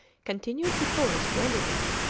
continued to pull splendidly.